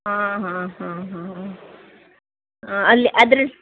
ಹಾಂ ಹಾಂ ಹಾಂ ಹಾಂ ಹಾಂ ಅಲ್ಲಿ ಅದ್ರಲ್ಲಿ